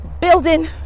building